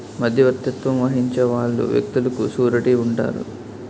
మధ్యవర్తిత్వం వహించే వాళ్ళు వ్యక్తులకు సూరిటీ ఉంటారు